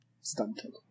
stunted